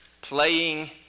Playing